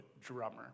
drummer